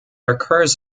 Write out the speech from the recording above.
occurs